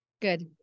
Good